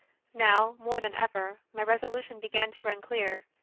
now, more than ever, my resolution began to run clear.